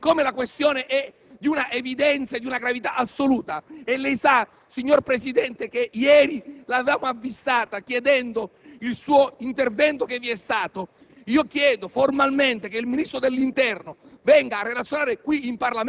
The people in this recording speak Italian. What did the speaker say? si è veramente impegnato in una operazione di sgombero politico. Siccome la questione è di una evidenza e di una gravità assolute e lei sa, signor Presidente, che ieri l'avevamo avvisata chiedendo il suo intervento, che c'è stato,